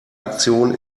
aktion